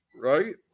right